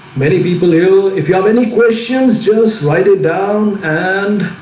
many people who if you have any questions just write it down and